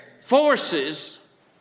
forces